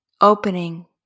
opening